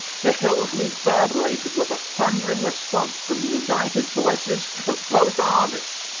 the hills reverberated with a thundering response from the united voices of both armies.